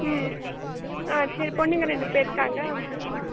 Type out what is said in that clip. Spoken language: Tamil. ம் ஆ சரி பொண்ணுங்கள் ரெண்டு பேர் இருக்காங்க ம்